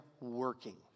working